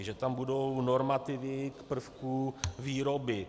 Že tam budou normativy prvků výroby.